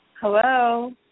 Hello